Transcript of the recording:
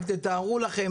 רק תארו לכם,